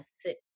sit